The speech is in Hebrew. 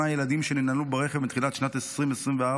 ילדים שננעלו ברכב מתחילת שנת 2024,